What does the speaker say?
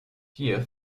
hier